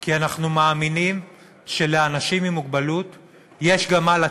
כי אנחנו מאמינים שלאנשים עם מוגבלות יש גם מה לתת,